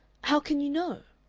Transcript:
how can you know?